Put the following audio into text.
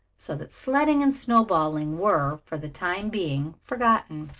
so that sledding and snowballing were, for the time being, forgotten.